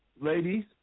ladies